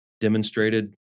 demonstrated